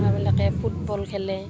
আৰু এইবিলাকে ফুটবল খেলে